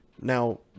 Now